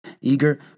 Eager